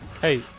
Hey